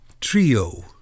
trio